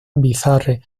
bizarre